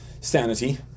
sanity